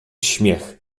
śmiech